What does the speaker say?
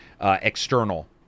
external